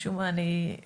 משום מה את הסיבות,